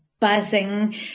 Buzzing